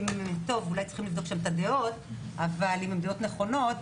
ואולי צריכים לבדוק האם הדעות שם נכונות,